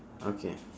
okay